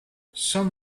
some